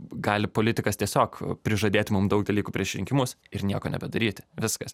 gali politikas tiesiog prižadėt mum daug dalykų prieš rinkimus ir nieko nebedaryti viskas